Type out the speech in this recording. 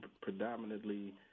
predominantly